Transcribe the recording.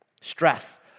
Stress